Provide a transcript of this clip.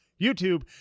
YouTube